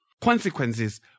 Consequences